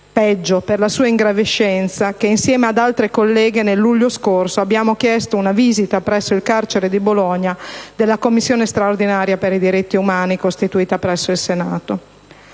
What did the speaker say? (peggio, per la sua ingravescenza) insieme ad altre colleghe nel luglio scorso abbiamo chiesto la visita al carcere di Bologna della Commissione straordinaria per i diritti umani, costituita presso il Senato.